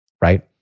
Right